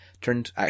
turned